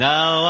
Now